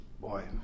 boy